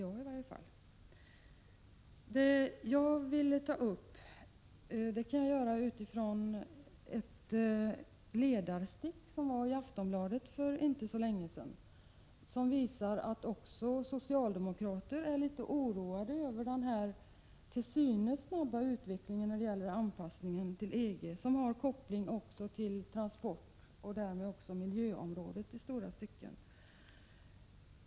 Jag vill ta upp ytterligare en sak och kan då utgå från ett ledarstick i Aftonbladet för inte så länge sedan. Det visar att även socialdemokrater är litet oroade över den till synes snabba utvecklingen när det gäller anpassningen till EG, en utveckling som har koppling till transportområdet och därmed i stora stycken till miljön.